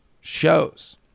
shows